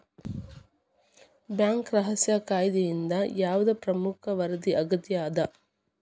Bank ರಹಸ್ಯ ಕಾಯಿದೆಯಿಂದ ಯಾವ್ದ್ ಪ್ರಮುಖ ವರದಿ ಅಗತ್ಯ ಅದ?